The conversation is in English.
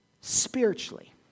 spiritually